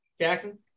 Jackson